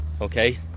okay